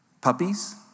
Puppies